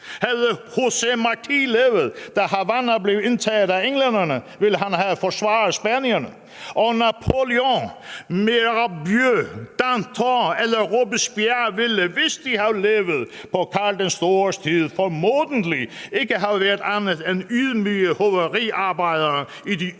havde José Martí levet, da Havanna blev indtaget af englænderne, ville han have forsvaret spanierne; og Napoleon, Mirabeau, Danton eller Robespierre ville, hvis de havde levet på Karl den Stores tid, formodentlig ikke have været andet end ydmyge hoveriarbejdere i de yderste